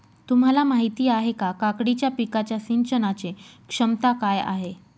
तुम्हाला माहिती आहे का, काकडीच्या पिकाच्या सिंचनाचे क्षमता काय आहे?